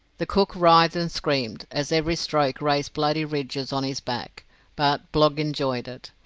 the cook writhed and screamed, as every stroke raised bloody ridges on his back but blogg enjoyed it.